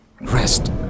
Rest